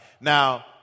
Now